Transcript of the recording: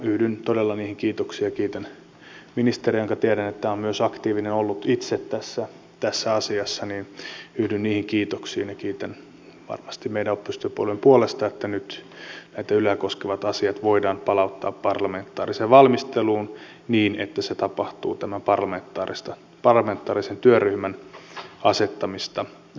yhdyn todella niihin kiitoksiin ja kiitän ministeriä varmasti meidän oppositiopuolueiden puolesta jonka tiedän myös olleen itse aktiivinen tässä asiassa että nyt nämä yleä koskevat asiat voidaan palauttaa parlamentaariseen valmisteluun niin että se tapahtuu tämän parlamentaarisen työryhmän asettamista aikaistamalla